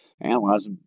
analyze